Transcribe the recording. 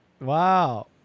wow